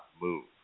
move